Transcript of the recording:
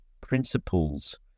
principles